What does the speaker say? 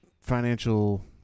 financial